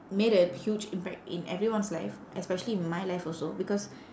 made a huge impact in everyone's life especially my life also because